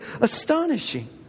astonishing